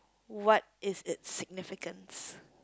what is it significance